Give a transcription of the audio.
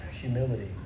humility